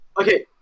Okay